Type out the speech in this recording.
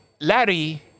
Larry